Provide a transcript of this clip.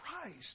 Christ